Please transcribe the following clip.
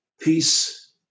Peace